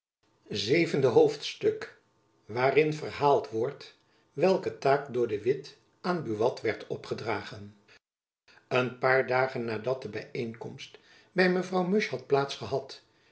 zevende hoofdstuk waarin verhaald wordt welke taak door de witt aan buat werd opgedragen een paar dagen nadat de byeenkomst by mevrouw musch had